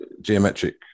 geometric